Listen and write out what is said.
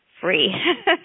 free